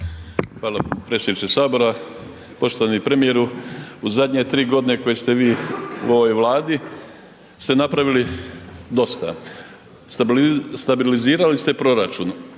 Hvala predsjedniče Sabora. Poštovani premijeru. U zadnje tri godine koje ste vi u ovoj Vladi ste napravili dosta, stabilizirali ste proračun,